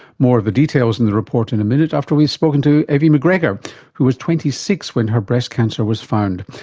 more of the details in the report in a minute after we've spoken to evie mcgregor who was twenty six when her breast cancer was found.